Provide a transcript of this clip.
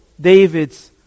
David's